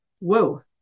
whoa